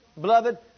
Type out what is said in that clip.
Beloved